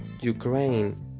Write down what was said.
Ukraine